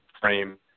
frame